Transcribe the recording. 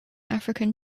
african